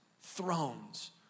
thrones